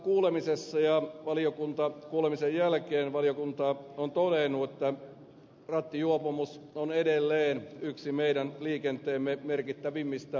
valiokuntakuulemisessa ja valiokuntakuulemisen jälkeen valiokunta on todennut että rattijuopumus on edelleen yksi meidän liikenteemme merkittävimmistä vaaratekijöistä